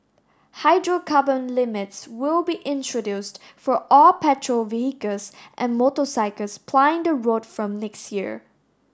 hydrocarbon limits will be introduced for all petrol vehicles and motorcycles plying the road from next year